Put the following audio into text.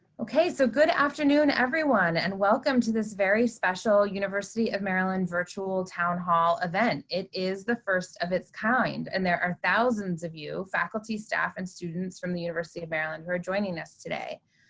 so good afternoon, everyone, and welcome to this very special university of maryland virtual town hall event. it is the first of its kind. and there are thousands of you, faculty, staff, and students from the university of maryland who are joining us today,